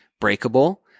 breakable